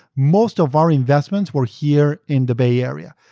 most of our investments were here in the bay area.